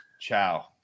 Ciao